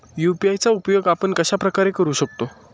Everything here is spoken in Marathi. यू.पी.आय चा उपयोग आपण कशाप्रकारे करु शकतो?